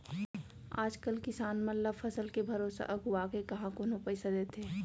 आज कल किसान मन ल फसल के भरोसा अघुवाके काँहा कोनो पइसा देथे